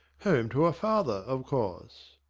home to her father, of course.